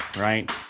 right